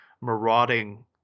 marauding